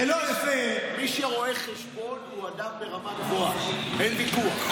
מי שרואה חשבון הוא אדם ברמה גבוהה, אין ויכוח.